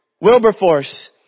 Wilberforce